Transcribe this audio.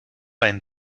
einen